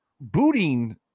booting